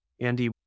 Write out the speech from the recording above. Andy